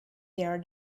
their